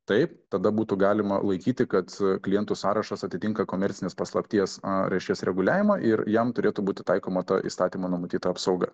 taip tada būtų galima laikyti kad klientų sąrašas atitinka komercinės paslapties a reiškias reguliavimą ir jam turėtų būti taikoma to įstatymo numatyta apsauga